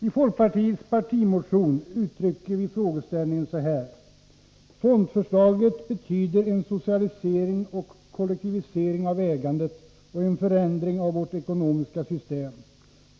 I folkpartiets partimotion utrycker vi frågeställningen så här: ”Fondförslaget betyder en socialisering och kollektivisering av ägandet och en förändring av vårt ekonomiska system.